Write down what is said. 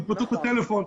מתקבלות בטלפון.